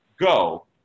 Go